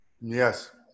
yes